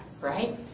Right